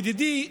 ידידי,